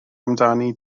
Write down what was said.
amdani